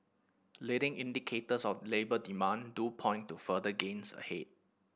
leading indicators of labour demand do point to further gains ahead